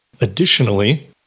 Additionally